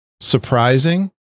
surprising